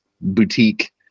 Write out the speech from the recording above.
boutique